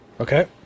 Okay